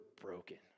broken